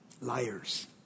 Liars